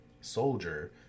soldier